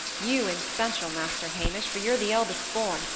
you, in special, master hamish, for you're the eldest born,